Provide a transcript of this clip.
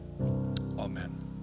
Amen